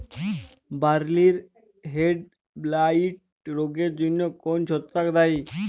বার্লির হেডব্লাইট রোগের জন্য কোন ছত্রাক দায়ী?